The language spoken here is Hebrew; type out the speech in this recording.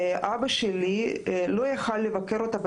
אבא שלי לא יכול היה לבקר אותה.